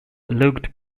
looked